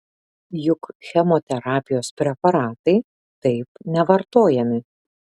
juk chemoterapijos preparatai taip nevartojami